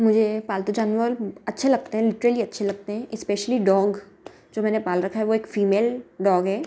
मुझे पालतू जानवर अच्छे लगते हैं लिट्रेल्ली अच्छे लगते हैं इस्पेशली डोंग जो मैंने पाल रखा है वह एक फीमेल डोग है